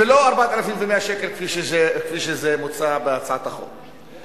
ולא 4,100 שקל כפי שזה מוצע בהצעת החוק.